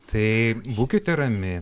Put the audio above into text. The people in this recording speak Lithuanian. tai būkite rami